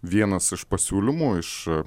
vienas iš pasiūlymų iš